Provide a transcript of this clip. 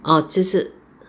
orh 就是